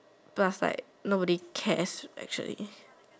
plus like nobody cares actually